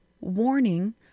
warning